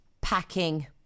Packing